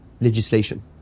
legislation